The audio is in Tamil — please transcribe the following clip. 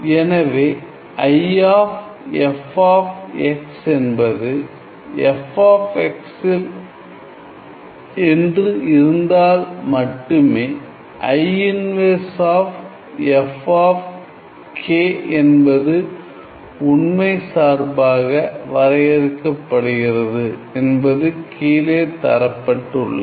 எனவே I of f of x என்பது F என்று இருந்தால் மட்டுமே I inverse of F of k என்பது உண்மை சார்பாக வரையறுக்கப்படுகிறது என்பது கீழே தரப்பட்டுள்ளது